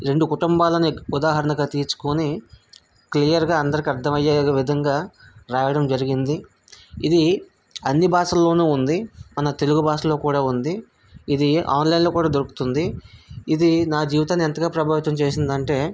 రెండు కుటుంబాలను ఉదాహరణగా తీసుకుని క్లియర్గా అందరికి అర్ధమయ్యే విధంగా రాయడం జరిగింది ఇది అన్నీ భాషలలో ఉంది మన తెలుగు భాషలో కూడా ఉంది ఇది ఆన్లైన్లో కూడా దొరుకుంతుంది ఇది నా జీవితాన్ని ఎంతగా ప్రభావితం చేసింది అంటే